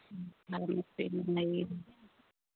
खाने पीने नहीं